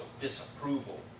disapproval